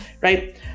right